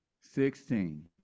sixteen